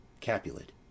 Capulet